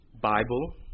Bible